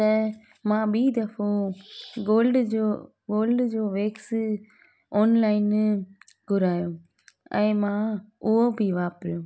त मां ॿी दफ़ो गोल्ड जो गोल्ड जो वेक्स ऑनलाइन घुरायो ऐं मां उहो बि वापिरियो